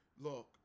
look